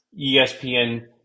ESPN